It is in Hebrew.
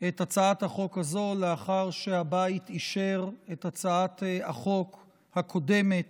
את הצעת החוק הזו לאחר שהבית אישר את הצעת החוק הקודמת,